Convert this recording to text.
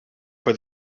for